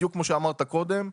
בדיוק כמו שאמרת קודם,